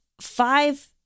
five